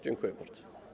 Dziękuję bardzo.